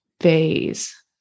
phase